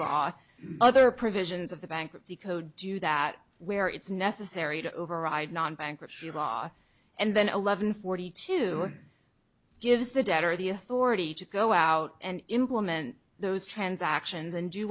are other provisions of the bankruptcy code do that where it's necessary to override non bankruptcy law and then eleven forty two gives the debtor the authority to go out and implement those transactions and do